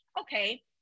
Okay